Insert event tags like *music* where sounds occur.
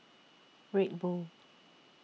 *noise* Red Bull